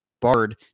bard